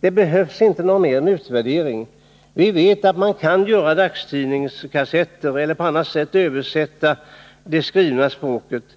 Det behövs inte någon mer utvärdering. Vi vet att man kan göra dagstidningskassetter eller på annat sätt översätta det skrivna språket.